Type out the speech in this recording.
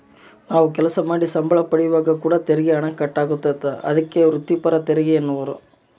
ನಾವು ಕೆಲಸ ಮಾಡಿ ಸಂಬಳ ಪಡೆಯುವಾಗ ಕೂಡ ತೆರಿಗೆ ಹಣ ಕಟ್ ಆತತೆ, ಅದಕ್ಕೆ ವ್ರಿತ್ತಿಪರ ತೆರಿಗೆಯೆನ್ನುವರು